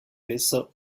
besser